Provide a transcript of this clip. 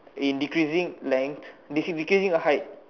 in decreasing length in decreasing height